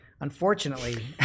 Unfortunately